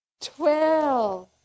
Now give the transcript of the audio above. twelve